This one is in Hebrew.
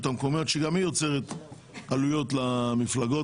המקומיות שגם היא יוצרת עלויות למפלגות,